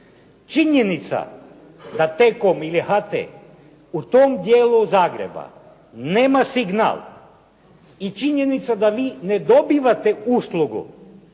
Činjenica da T-com ili HT u tom dijelu Zagreba nema signal i činjenica da vi ne dobivate uslugu